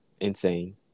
insane